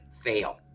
fail